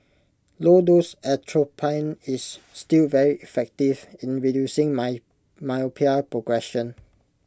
low dose atropine is still very effective in reducing my myopia progression